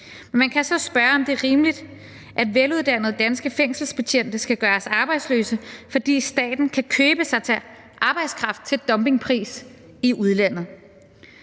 Man kan så spørge, om det er rimeligt, at veluddannede danske fængselsbetjente skal gøres arbejdsløse, fordi staten kan købe sig til arbejdskraft til dumpingpris i udlandet.